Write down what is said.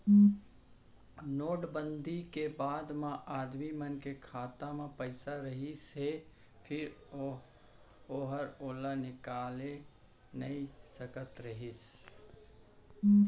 note बंदी के बाद म आदमी मन के खाता म पइसा रहिस हे फेर ओहर ओला निकाले नइ सकत रहिस